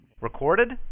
Recorded